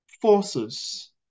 forces